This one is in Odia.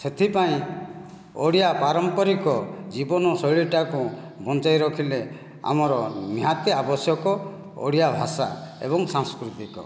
ସେଥିପାଇଁ ଓଡ଼ିଆ ପାରମ୍ପରିକ ଜୀବନ ଶୈଳୀଟାକୁ ବଞ୍ଚାଇ ରଖିଲେ ଆମର ନିହାତି ଆବଶ୍ୟକ ଓଡ଼ିଆ ଭାଷା ଏବଂ ସାଂସ୍କୃତିକ